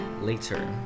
later